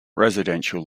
residential